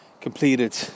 completed